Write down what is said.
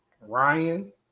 Ryan